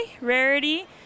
Rarity